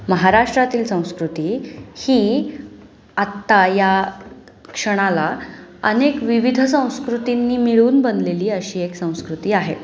महाराष्ट्रातील संस्कृती ही आत्ता या क्षणाला अनेक विविध संस्कृतींनी मिळून बनलेली अशी एक संस्कृती आहे